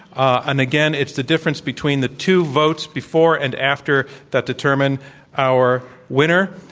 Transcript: and again, it's the difference between the two votes, before and after, that determine our winner.